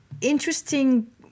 interesting